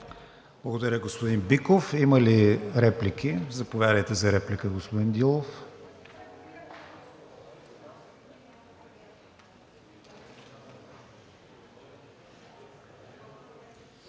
Благодаря, господин Биков. Има ли реплики? Заповядайте за реплика, господин Дилов.